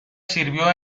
sirvió